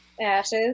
Ashes